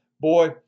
Boy